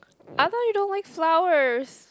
I thought you don't wear flowers